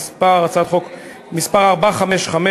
מס' 455,